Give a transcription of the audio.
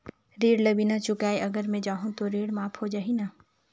ऋण ला बिना चुकाय अगर मै जाहूं तो ऋण माफ हो जाही न?